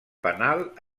penal